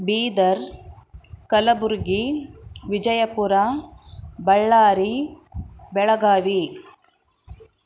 Bidar Kalaburagi Vijayapura Ballari Belagavi